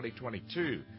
2022